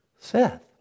Seth